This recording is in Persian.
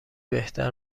بهتر